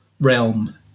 realm